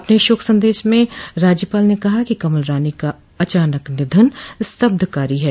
अपने शोक सन्देश में राज्यपाल ने कहा कि कमल रानी का अचानक निधन स्तब्धकारी है